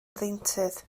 ddeintydd